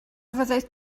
fyddet